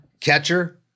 catcher